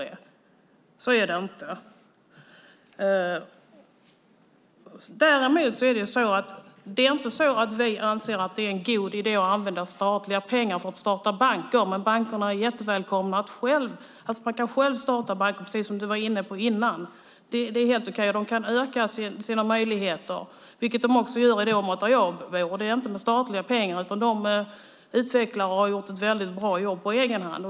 Vi anser inte att det är en god idé att använda statliga pengar för att starta banker, men bankerna är välkomna att starta bankverksamheter - precis som du var inne på tidigare. Det är helt okej. De kan öka sina möjligheter, vilket de gör i det område jag bor i. Det sker inte med hjälp av statliga pengar utan de har utvecklat verksamheter och gjort ett bra jobb på egen hand.